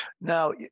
Now